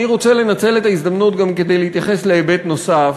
אני רוצה לנצל את ההזדמנות גם כדי להתייחס להיבט נוסף,